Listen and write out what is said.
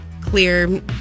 clear